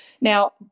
Now